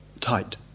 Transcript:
tight